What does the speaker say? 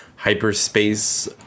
Hyperspace